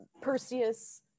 perseus